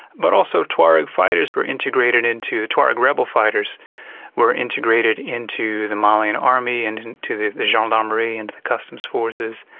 but also tuareg fighters were integrated into tuareg rebel fighters were integrated into the malian army and into the the gendarmerie, into the customs forces.